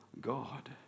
God